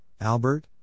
Albert